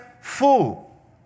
full